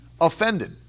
offended